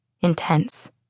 intense